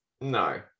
No